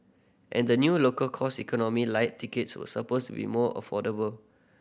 and the new local cost Economy Lite tickets were supposed with more affordable